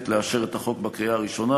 לאשר את החוק בקריאה הראשונה